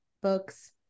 books